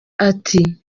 ati